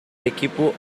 equipo